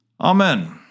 Amen